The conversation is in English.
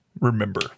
remember